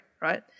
right